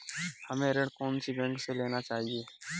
हमें ऋण कौन सी बैंक से लेना चाहिए?